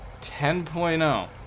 10.0